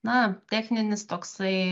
na techninis toksai